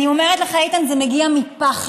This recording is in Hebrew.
אני אומרת לך, איתן, זה מגיע מפחד.